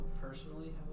personally